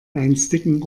einstigen